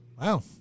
Wow